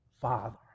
Father